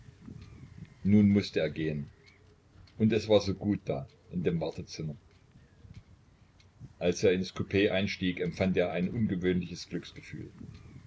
nun mußte er gehen und es war so gut da in dem wartezimmer als er ins coup einstieg empfand er ein ungewöhnliches glücksgefühl